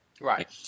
Right